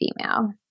female